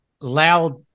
loud